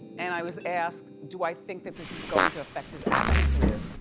and i was asked, do i think that this is going to affect his acting career,